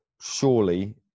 surely